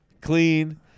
clean